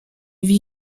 vit